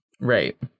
right